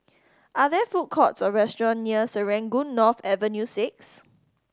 are there food courts or restaurants near Serangoon North Avenue Six